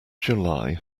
july